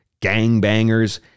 gangbangers